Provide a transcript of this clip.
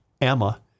Emma